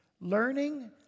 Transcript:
learning